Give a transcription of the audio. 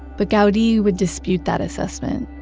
but gaudi would dispute that assessment.